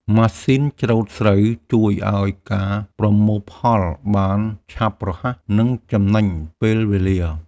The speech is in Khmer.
ម៉ាស៊ីនច្រូតស្រូវជួយឱ្យការប្រមូលផលបានឆាប់រហ័ស និងចំណេញពេលវេលា។